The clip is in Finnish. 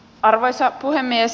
arvoisa puhemies